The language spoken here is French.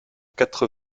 quatre